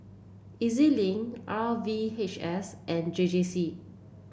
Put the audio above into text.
E Z Link R V H S and J J C